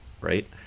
right